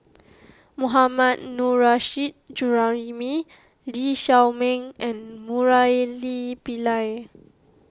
Mohammad Nurrasyid Juraimi Lee Xiao Ming and Murali Pillai